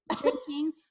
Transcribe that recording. drinking